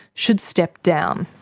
should step down.